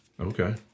Okay